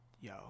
yo